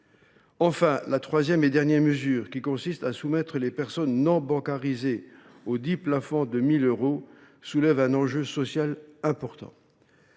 Enfin, la troisième et dernière mesure, qui consiste à soumettre les personnes non bancarisées au plafond de 1 000 euros, soulève un enjeu social important.